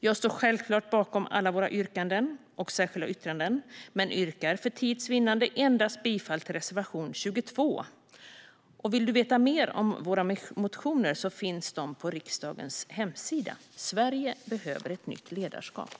Jag står självklart bakom alla våra yrkanden och särskilda yttranden men yrkar för tids vinnande bifall endast till reservation 22. Vill du veta mer om våra motioner kan du läsa dem på riksdagens hemsida. Sverige behöver ett nytt ledarskap.